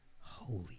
Holy